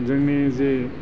जोंनि जे